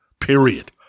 period